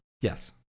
Yes